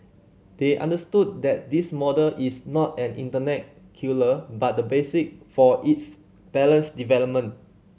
they understood that this model is not an internet killer but the basic for its balanced development